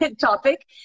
topic